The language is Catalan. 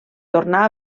tornà